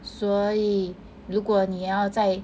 所以如果你要再